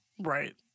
right